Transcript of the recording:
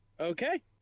Okay